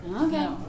Okay